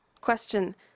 question